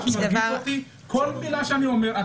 כל מילה שאני אומר,